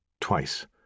twice